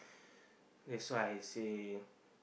that's why I say